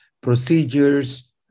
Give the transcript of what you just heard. procedures